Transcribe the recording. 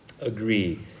Agree